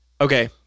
Okay